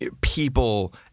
people